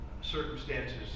circumstances